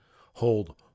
hold